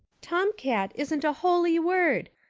tomcat isn't a holy word.